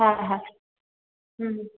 હા હા હમ